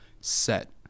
set